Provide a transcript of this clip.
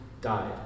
died